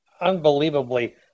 unbelievably